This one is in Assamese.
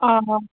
অঁ হয়